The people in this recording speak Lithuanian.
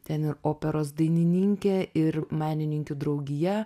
ten ir operos dainininkė ir menininkių draugija